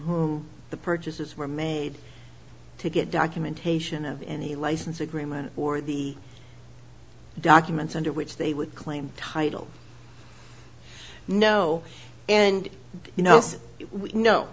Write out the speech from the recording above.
whom the purchases were made to get documentation of any license agreement or the documents under which they would claim title no and you know